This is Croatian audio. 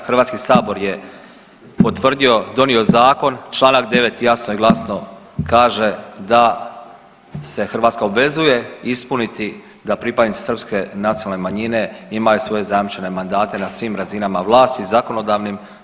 Hrvatski sabor je potvrdio, donio Zakon, članak 9. jasno i glasno kaže da se Hrvatska obvezuje ispuniti da pripadnici srpske nacionalne manjine imaju svoje zajamčene mandate na svim razinama vlasti zakonodavnim.